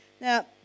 now